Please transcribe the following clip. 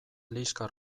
liskar